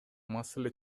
маселе